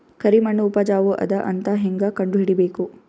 ಕರಿಮಣ್ಣು ಉಪಜಾವು ಅದ ಅಂತ ಹೇಂಗ ಕಂಡುಹಿಡಿಬೇಕು?